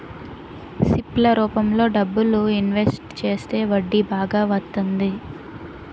SIP ల రూపంలో డబ్బులు ఇన్వెస్ట్ చేస్తే వడ్డీ బాగా వత్తంది